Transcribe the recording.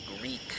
Greek